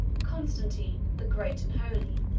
constantine, the great and holy,